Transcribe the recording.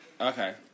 Okay